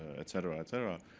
et cetera, et cetera.